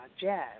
jazz